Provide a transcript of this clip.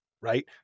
right